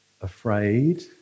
afraid